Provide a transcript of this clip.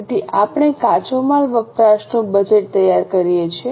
તેથી આપણે કાચો માલ વપરાશનું બજેટ તૈયાર કરીએ છીએ